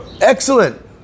Excellent